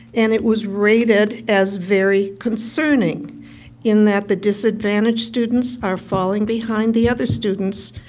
and it was rated as very concerning in that the disadvantaged students are falling behind the other students,